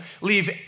leave